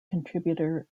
contributor